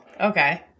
okay